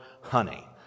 honey